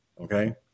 okay